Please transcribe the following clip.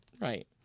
Right